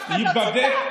ייבדק,